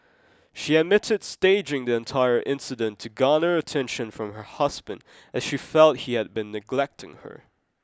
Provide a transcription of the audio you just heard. she admitted staging the entire incident to garner attention from her husband as she felt he had been neglecting her